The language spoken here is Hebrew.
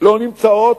לא נמצאות,